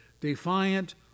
Defiant